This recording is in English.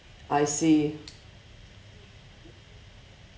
I see